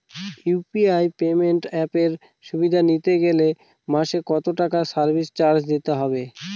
UPI payment অ্যাপের সুবিধা নিতে গেলে মাসে কত টাকা সার্ভিস চার্জ দিতে হবে?